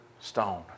stone